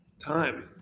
time